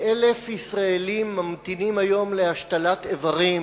כ-1,000 ישראלים ממתינים היום להשתלת איברים